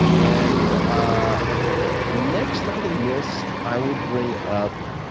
and on next on the list, i will bring up